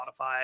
Spotify